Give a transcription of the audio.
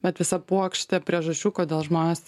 bet visa puokštė priežasčių kodėl žmonės